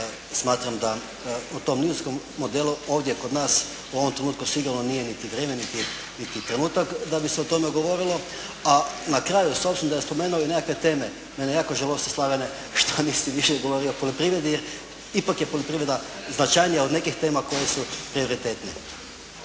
se ne razumije/… modelu ovdje kod nas u ovom trenutku sigurno nije niti vrijeme niti trenutak da bi se o tome govorilo. A na kraju s obzirom da je spomenuo i nekakve teme, …/Govornik se ne razumije./… šta nisi više govorio o poljoprivredi. Ipak je poljoprivreda značajnija od nekih tema koje su prioritetne.